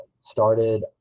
started